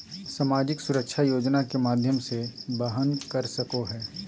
सामाजिक सुरक्षा योजना के माध्यम से वहन कर सको हइ